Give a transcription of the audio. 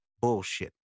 bullshit